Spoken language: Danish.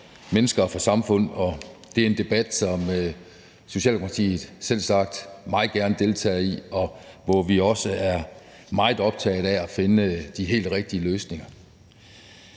mennesker og for samfund, og det er en debat, som Socialdemokratiet selvsagt meget gerne deltager i, og hvor vi også er meget optaget af at finde de helt rigtige løsninger.